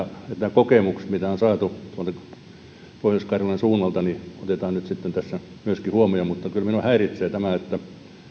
kokemukset mitä on saatu tuolta pohjois karjalan suunnalta otetaan nyt sitten tässä huomioon mutta kyllä minua häiritsee tämä että